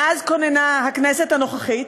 מאז כוננה הכנסת הנוכחית